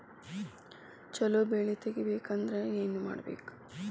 ಛಲೋ ಬೆಳಿ ತೆಗೇಬೇಕ ಅಂದ್ರ ಏನು ಮಾಡ್ಬೇಕ್?